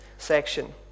section